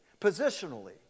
positionally